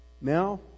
Now